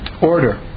Order